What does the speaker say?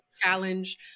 challenge